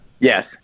Yes